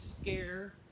scare